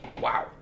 Wow